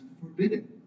forbidden